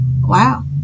Wow